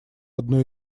одной